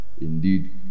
Indeed